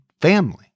family